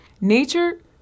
Nature